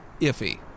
iffy